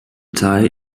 tie